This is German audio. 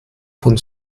von